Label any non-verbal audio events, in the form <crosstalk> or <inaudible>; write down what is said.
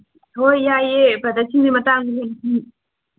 ꯍꯣꯏ ꯌꯥꯏꯌꯦ ꯄ꯭ꯔꯗꯛꯀꯤ <unintelligible>